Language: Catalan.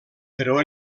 però